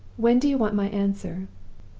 when do you want my answer?